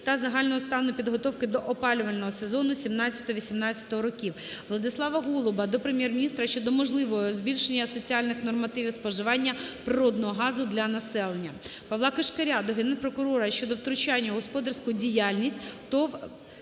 та загального стану підготовки до опалювального сезону 2017-2018 років. Владислава Голуба до Прем'єр-міністра щодо можливості збільшення соціальних нормативів споживання природного газу для населення. Павла Кишкаря до Генпрокурора щодо втручання у господарську діяльність ТОВ